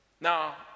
Now